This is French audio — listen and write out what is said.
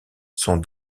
sont